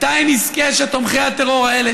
מתי אני אזכה שתומכי הטרור האלה,